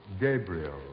Gabriel